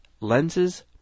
lenses